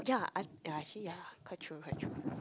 yeah I yeah actually quite true quite true